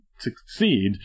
succeed